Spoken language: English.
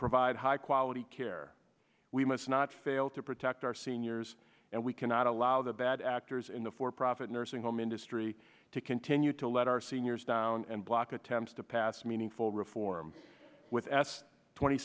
provide high quality care we must not fail to protect our seniors and we cannot allow the bad actors in the for profit nursing home industry to continue to let our seniors down and block attempts to pass meaningful reform with s twenty